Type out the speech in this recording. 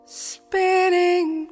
spinning